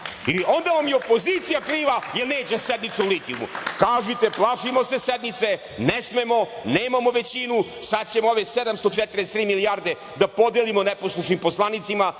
i onda vam je opozicija kriva, jer neće sednicu o litijumu, kažite plašimo se sednice, ne smemo, nemamo većinu i sada ćemo ovih 743 milijardi da podelimo neposlušnim poslanicima,